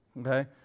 Okay